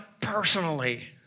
personally